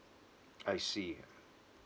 I see ya